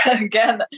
again